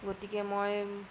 গতিকে মই